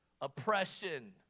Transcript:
oppression